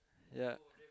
ya